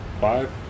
five